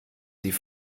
sie